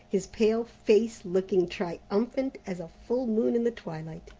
his pale face looking triumphant as a full moon in the twilight.